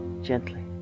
Gently